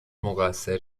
مقصر